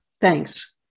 Thanks